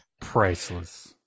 priceless